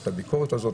את הביקורת הזאת,